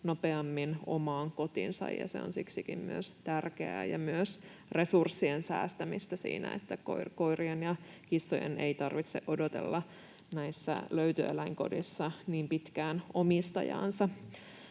nopeammin omaan kotiinsa, se on siksikin tärkeää, ja myös resursseja säästetään siinä, että koirien ja kissojen ei tarvitse odotella näissä löytöeläinkodeissa niin pitkään omistajaansa.